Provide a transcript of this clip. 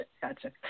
Gotcha